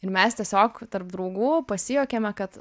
ir mes tiesiog tarp draugų pasijuokėme kad